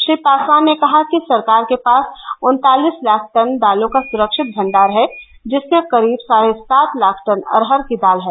श्री पासवान ने कहा कि सरकार के पास उन्तालिस लाख टन दालों का सुरक्षित भंडार है जिसमें करीब साढ़े सात लाख टन अरहर की दाल है